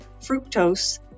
fructose